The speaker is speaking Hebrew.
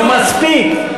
נו, מספיק.